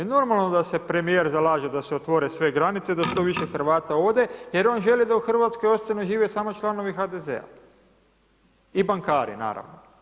I normalno da se premijer zalaže da se otvore sve granice da što više Hrvata ode jer on želi da u Hrvatskoj ostane živjeti samo članovi HDZ-a i bankari, naravno.